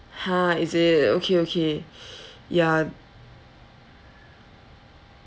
!huh! is it okay okay yeah